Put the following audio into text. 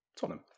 Tottenham